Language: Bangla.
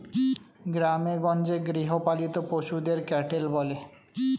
গ্রামেগঞ্জে গৃহপালিত পশুদের ক্যাটেল বলে